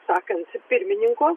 sakant pirmininko